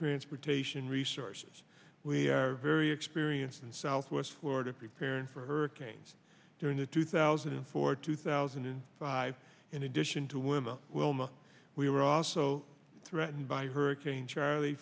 transportation resources we are very experienced in southwest florida preparing for hurricanes during the two thousand and four two thousand and five in addition to women wilma we were also threatened by hurricane charl